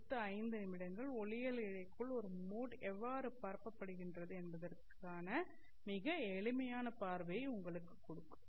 அடுத்த 5 நிமிடங்கள் ஒளியியல் இழைக்குள் ஒரு மோட் எவ்வாறு பரப்ப படுகின்றது என்பதற்கான மிக எளிமையான பார்வையை உங்களுக்குக் கொடுக்கும்